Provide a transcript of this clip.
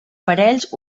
parells